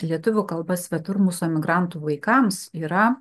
lietuvių kalba svetur mūsų emigrantų vaikams yra